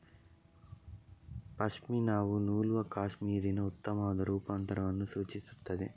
ಪಶ್ಮಿನಾವು ನೂಲುವ ಕ್ಯಾಶ್ಮೀರಿನ ಉತ್ತಮವಾದ ರೂಪಾಂತರವನ್ನು ಸೂಚಿಸುತ್ತದೆ